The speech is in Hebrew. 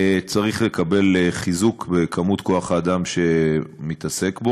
צריך לקבל חיזוק בכוח-האדם שמתעסק בו